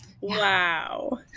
Wow